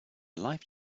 life